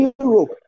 Europe